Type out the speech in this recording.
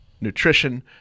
nutrition